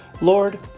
Lord